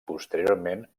posteriorment